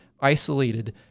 isolated